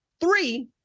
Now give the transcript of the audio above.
three